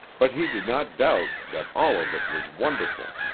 but he did not doubt that all of it was wonderful.